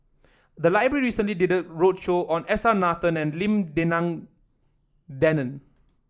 the library recently did a roadshow on S R Nathan and Lim Denan Denon